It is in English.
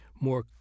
more